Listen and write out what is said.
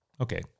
Okay